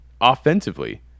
offensively